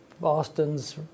Boston's